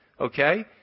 okay